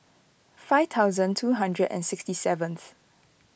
five thousand two hundred and sixty seventh